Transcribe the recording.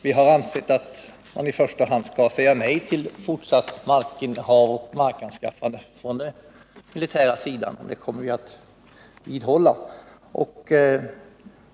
Vi har ansett att man i första hand skall säga nej till fortsatt markinnehav och markanskaffning från militärens sida — och det kommer vi att vidhålla.